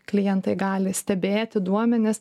klientai gali stebėti duomenis